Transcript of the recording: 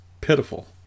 pitiful